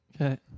Okay